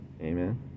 amen